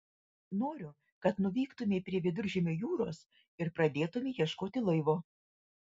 noriu kad nuvyktumei prie viduržemio jūros ir pradėtumei ieškoti laivo